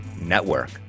Network